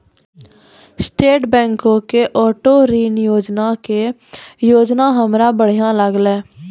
state बैंको के auto ऋण योजना के योजना हमरा बढ़िया लागलै